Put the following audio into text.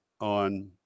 on